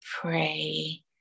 pray